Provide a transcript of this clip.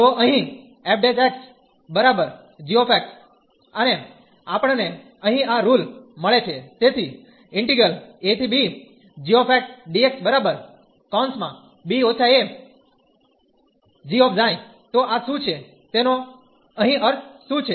તો અહીં f g અને આપણ ને અહીં આ રુલ મળે છે તેથી તો આ શું છે તેનો અહીં અર્થ શું છે